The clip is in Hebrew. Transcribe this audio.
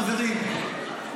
חברים,